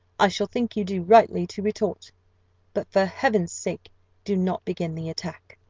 i shall think you do rightly to retort but for heaven's sake do not begin the attack!